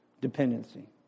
dependency